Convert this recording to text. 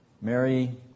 Mary